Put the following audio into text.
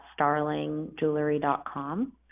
starlingjewelry.com